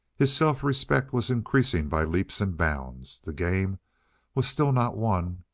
his self-respect was increasing by leaps and bounds. the game was still not won,